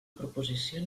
proposició